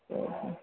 ठीक हइ